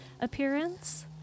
appearance